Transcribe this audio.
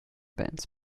bands